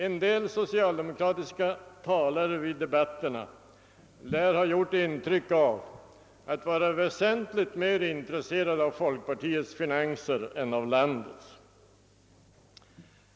En del socialdemokratiska talare i debatterna lär ha gjort intryck av att vara väsentligt mer intresserade av folkpartiets finanser än av landets.